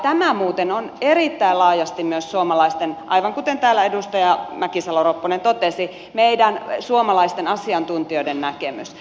tämä muuten on erittäin laajasti myös aivan kuten täällä edustaja mäkisalo ropponen totesi meidän suomalaisten asiantuntijoiden näkemys